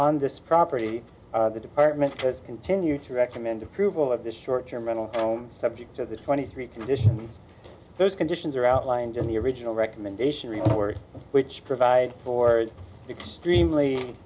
on this property the department continued to recommend approval of the short term rental subject to the twenty three condition those conditions are outlined in the original recommendation report which provides for extremely